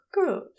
good